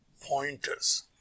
pointers